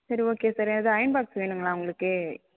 சரி okay sir எது iron box வேணுங்களா உங்களுக்கு